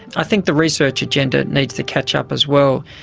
i think the research agenda needs to catch up as well.